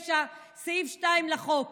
1959, סעיף 2 לחוק.